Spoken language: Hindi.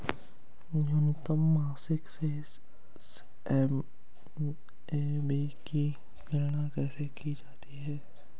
न्यूनतम मासिक शेष एम.ए.बी की गणना कैसे की जाती है?